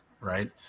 right